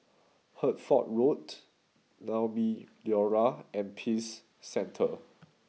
Hertford Road Naumi Liora and Peace Centre